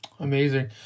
Amazing